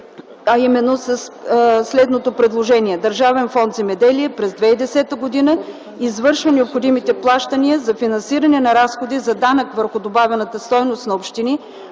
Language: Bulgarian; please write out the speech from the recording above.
приеме следното предложение: „Държавен фонд „Земеделие” през 2010 г. извършва необходимите плащания за финансиране на разходи за данък върху добавената стойност на общини